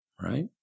Right